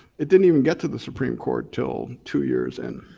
it didn't even get to the supreme court til two years in.